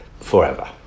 forever